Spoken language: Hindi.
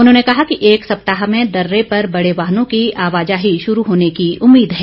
उन्होंने कहा कि एक सप्ताह में दर्रे पर बड़े वाहनों की आवाजाही शुरू होने की उम्मीद है